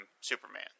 Superman